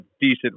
decent